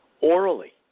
orally